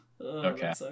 Okay